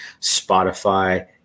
Spotify